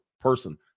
person